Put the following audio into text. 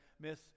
Miss